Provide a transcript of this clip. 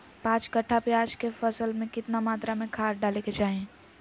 पांच कट्ठा प्याज के फसल में कितना मात्रा में खाद डाले के चाही?